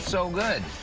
so good.